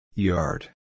Yard